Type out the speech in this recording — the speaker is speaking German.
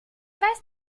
weiß